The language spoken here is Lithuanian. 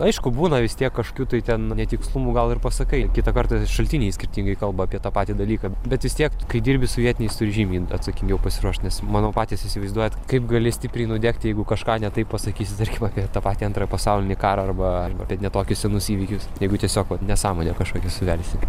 aišku būna vis tiek kažkokių tai ten netikslumų gal ir pasakai kitą kartą šaltiniai skirtingai kalba apie tą patį dalyką bet vis tiek kai dirbi su vietiniais turi žymiai atsakingiau pasiruošt nes manau patys įsivaizduojat kaip gali stipriai nudegti jeigu kažką ne taip pasakysi tarkim apie tą patį antrąjį pasaulinį karą arba ne tokius senus įvykius jeigu tiesiog nesąmonę kažkokią suvelsi